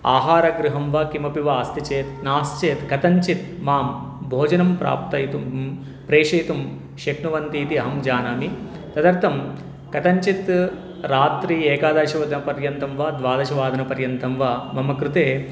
आहारगृहं वा किमपि वा अस्ति चेत् नास्ति चेत् कथञ्चित् मां भोजनं प्राप्तुं प्रेषयितुं शक्नुवन्ति इति अहं जानामि तदर्थं कथञ्चित् रात्रौ एकादशवादनपर्यन्तं वा द्वादशवादनपर्यन्तं वा मम कृते